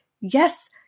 yes